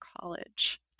college